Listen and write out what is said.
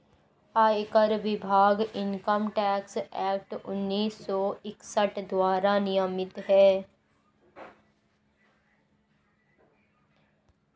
आयकर विभाग income tax act उन्नीस सौ इकसठ द्वारा नियमित है